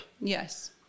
Yes